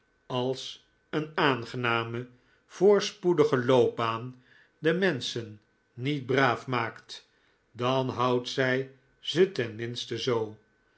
als een aangename voorspoedige loopbaan de menschen niet braaf maakt dan houdt zij ze ten minste zoo